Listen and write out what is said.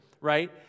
right